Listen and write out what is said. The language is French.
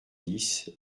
dix